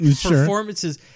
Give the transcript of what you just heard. performances